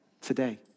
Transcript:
today